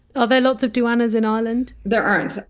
are there lots of duanas in ireland? there aren! t!